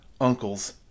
uncles